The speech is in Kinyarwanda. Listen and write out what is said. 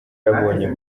yabonye